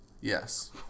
Yes